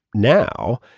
now,